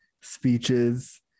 speeches